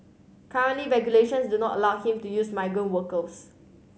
currently regulations do not allow him to use migrant workers